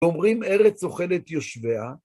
אומרים ארץ אוכלת יושביה.